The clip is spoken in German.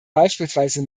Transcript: beispielsweise